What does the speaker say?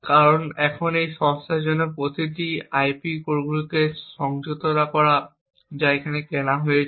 কারণ এখন এই সংস্থার জন্য প্রয়োজনীয় সমস্ত আইপি কোরগুলিকে সংহত করা যা কেনা হয়েছে